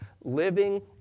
living